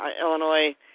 Illinois